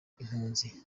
impunzi